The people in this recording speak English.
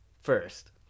first